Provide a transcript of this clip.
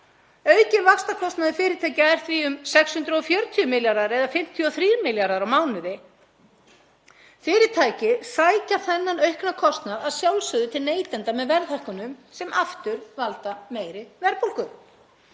Aukinn vaxtakostnaður fyrirtækja er því um 640 milljarðar, eða 53 milljarðar á mánuði. Fyrirtæki sækja þennan aukna kostnað að sjálfsögðu til neytenda með verðhækkunum sem aftur valda meiri verðbólgu.